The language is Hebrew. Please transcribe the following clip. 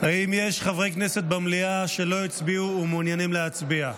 האם יש חברי כנסת במליאה שלא הצביעו ומעוניינים להצביע?